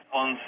on